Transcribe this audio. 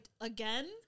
again